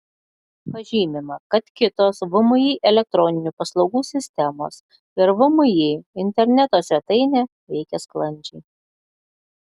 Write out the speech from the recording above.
pažymima kad kitos vmi elektroninių paslaugų sistemos ir vmi interneto svetainė veikia sklandžiai